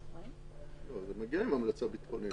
זה מגיע עם המלצה ביטחונית.